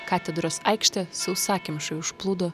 katedros aikštę sausakimšai užplūdo